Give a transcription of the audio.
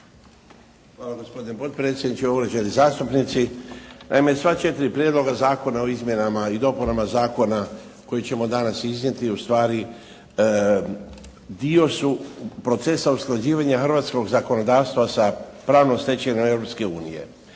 Hvala gospodine potpredsjedniče, uvaženi zastupnici. Naime, sva četiri prijedloga zakona o izmjenama i dopunama Zakona koji ćemo danas iznijeti u stvari dio su procesa usklađivanja hrvatskog zakonodavstva sa pravnom stečevinom